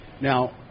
Now